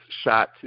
shot